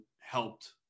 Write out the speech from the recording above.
helped